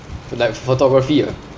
like photography ah